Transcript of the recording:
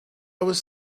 was